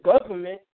government